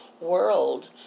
world